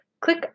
Click